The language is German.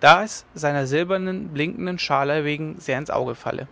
da es seiner silbernen blinkenden schale wegen sehr ins auge falle